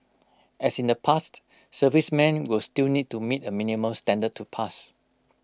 as in the past servicemen will still need to meet A minimum standard to pass